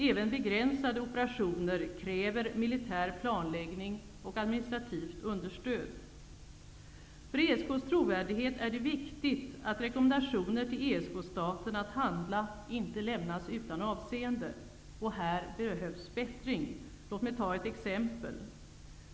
Även begränsade operationer kräver militär planläggning och administrativt understöd. För ESK:s trovärdighet är det viktigt att rekommendationer till ESK-staterna att handla inte lämnas utan avseende, och här behövs förbättring. Låt mig ta ett exempel.